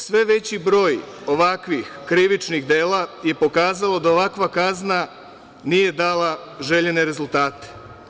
Sve veći broj ovakvih krivičnih dela je pokazalo da ovakva kazna nije dala željene rezultate.